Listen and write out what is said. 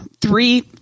three